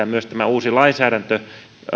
myös tämä uusi lainsäädäntö